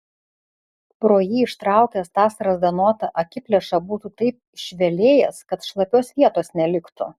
pro jį ištraukęs tą strazdanotą akiplėšą būtų taip išvelėjęs kad šlapios vietos neliktų